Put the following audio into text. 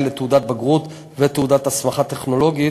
לתעודת בגרות ולתעודת הסמכה טכנולוגית